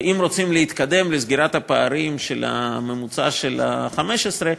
ואם רוצים להתקדם לסגירת הפערים של הממוצע של 2015,